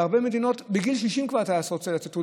בהרבה מדינות בגיל 60 כבר הטייס רוצה לצאת,